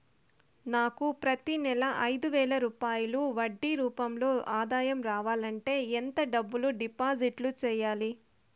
నాకు ప్రతి నెల ఐదు వేల రూపాయలు వడ్డీ రూపం లో ఆదాయం రావాలంటే ఎంత డబ్బులు డిపాజిట్లు సెయ్యాలి?